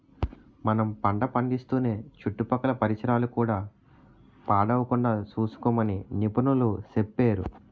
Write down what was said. మనం పంట పండిస్తూనే చుట్టుపక్కల పరిసరాలు కూడా పాడవకుండా సూసుకోమని నిపుణులు సెప్పేరు